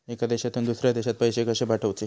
एका देशातून दुसऱ्या देशात पैसे कशे पाठवचे?